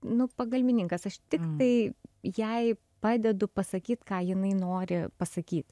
nu pagalbininkas aš tiktai jai padedu pasakyt ką jinai nori pasakyt